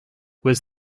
was